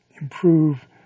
improve